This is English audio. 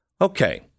Okay